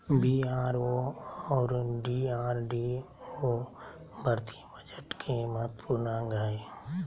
BRO और DRDO भारतीय budget के महत्वपूर्ण अंग हय